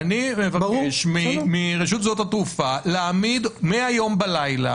אני מבקש מרשות שדות התעופה להעמיד מהלילה